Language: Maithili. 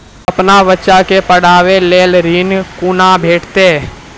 अपन बच्चा के पढाबै के लेल ऋण कुना भेंटते?